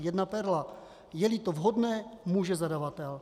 Jedna perla: Jeli to vhodné, může zadavatel...